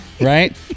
right